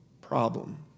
problem